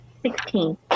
sixteen